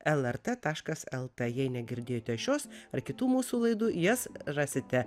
lrt taškas lt jei negirdėjote šios ar kitų mūsų laidų jas rasite